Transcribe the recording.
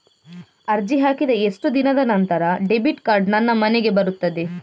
ಅರ್ಜಿ ಹಾಕಿದ ಎಷ್ಟು ದಿನದ ನಂತರ ಡೆಬಿಟ್ ಕಾರ್ಡ್ ನನ್ನ ಮನೆಗೆ ಬರುತ್ತದೆ?